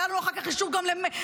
היה לנו אחר כך אישור גם לרמקולים.